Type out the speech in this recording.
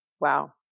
wow